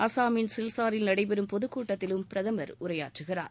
அசாமின் சில்சாரில் நடைபெறும் பொது கூட்டத்திலும் பிரதமர் உரையாற்றுகிறார்